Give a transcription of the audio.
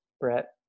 Brett